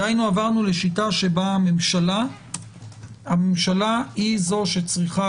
דהיינו עברנו לשיטה שהממשלה היא זו שצריכה